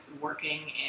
working